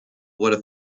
what